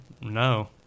No